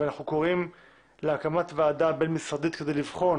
ואנחנו קוראים להקמת וועדה בין משרדית, כדי לבחון